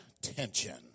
tension